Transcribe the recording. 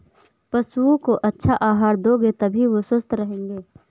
पशुओं को अच्छा आहार दोगे तभी वो स्वस्थ रहेंगे